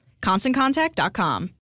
ConstantContact.com